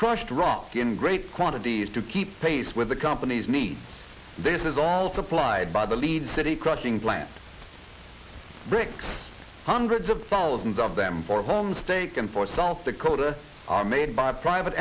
crushed rock in great quantities to keep pace with the company's needs this is all supplied by the lead city crushing plants bricks hundreds of thousands of them for home steak and for south dakota are made by private